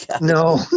no